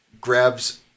grabs